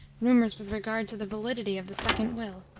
rumours with regard to the validity of the second will,